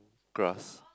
grass